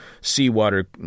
seawater